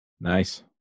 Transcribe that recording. Nice